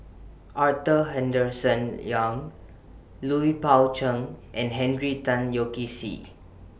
Arthur Henderson Young Lui Pao Chuen and Henry Tan Yoke See